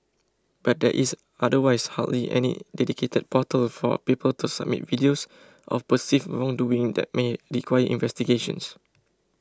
but there is otherwise hardly any dedicated portal for people to submit videos of perceived wrongdoing that may require investigations